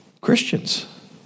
Christians